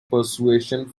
persuasion